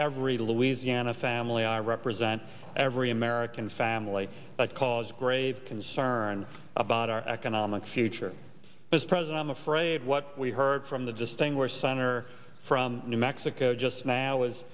every louisiana family i represent every american family that cause grave concern about our economic future is present i'm afraid what we heard from the distinguished senator from new mexico just now is